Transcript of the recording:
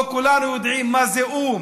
או: כולנו יודעים מה זה או"ם,